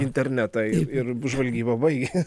internetą ir žvalgyba baigės